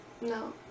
No